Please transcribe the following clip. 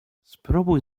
spróbuj